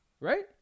Right